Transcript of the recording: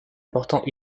portant